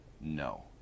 No